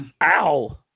Ow